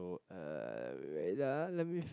oh uh wait ah let me